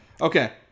Okay